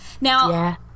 now